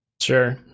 Sure